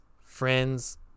friends